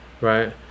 right